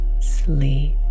sleep